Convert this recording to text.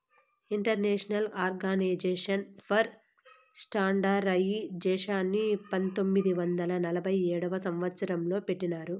international organisation for స్టాండర్డయిజేషన్ని పంతొమ్మిది వందల నలభై ఏడవ సంవచ్చరం లో పెట్టినారు